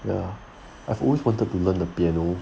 ya I've always wanted to learn the piano